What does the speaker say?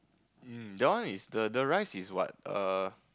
um the one is the the rice is what err